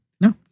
No